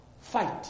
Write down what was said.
fight